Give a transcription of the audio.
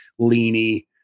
leany